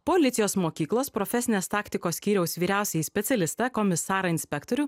policijos mokyklos profesinės taktikos skyriaus vyriausiąjį specialistą komisarą inspektorių